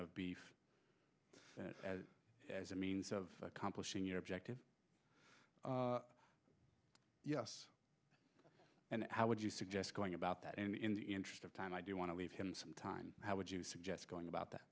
beef as a means of accomplishing your objectives yes and how would you suggest going about that and in the interest of time i do want to leave him some time how would you suggest going about that